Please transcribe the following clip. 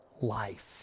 life